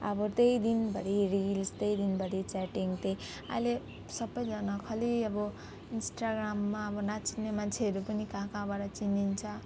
अब त्यही दिनभरि रिल्स त्यही दिनभरि च्याटिङ त्यही अहिले सबैजना खालि अब इन्स्टाग्राममा अब नाच्ने मान्छेहरू पनि कहाँ कहाँबाट चिनिन्छ